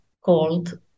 called